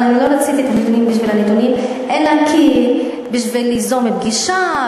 אבל אני לא רציתי את הנתונים בשביל הנתונים אלא בשביל ליזום פגישה,